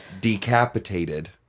decapitated